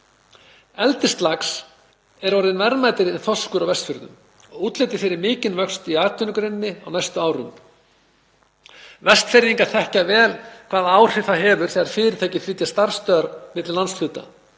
„Eldislax er orðinn verðmætari en þorskur á Vestfjörðum og útlit er fyrir mikinn vöxt í atvinnugreininni á næstu árum. […] Vestfirðingar þekkja vel hvaða áhrif það hefur þegar fyrirtæki flytja starfsstöðvar milli landshluta.